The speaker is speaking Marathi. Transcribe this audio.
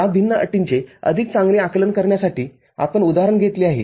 या भिन्न अटींचे अधिक चांगले आकलन करण्यासाठी आपण उदाहरण घेतले आहे